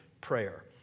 prayer